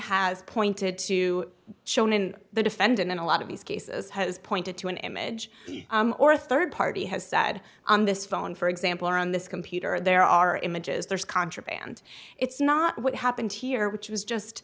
has pointed to shown in the defendant in a lot of these cases has pointed to an image or a third party has said on this phone for example or on this computer there are images there's contraband it's not what happened here which was just